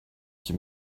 qui